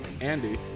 Andy